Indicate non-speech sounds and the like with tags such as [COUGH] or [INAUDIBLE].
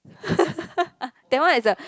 [LAUGHS] that one is a